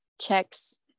checks